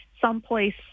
someplace